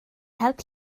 help